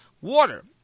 water